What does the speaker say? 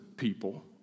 people